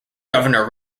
governor